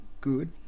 good